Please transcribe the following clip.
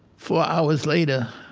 four hours later